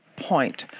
point